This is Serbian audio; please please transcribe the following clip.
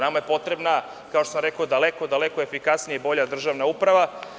Nama je potrebna, kao što sam rekao, daleko efikasnija i bolja državni uprava.